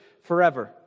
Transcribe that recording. forever